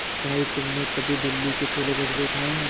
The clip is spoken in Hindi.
भाई तुमने कभी दिल्ली के छोले भटूरे खाए हैं?